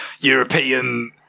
European